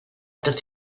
tots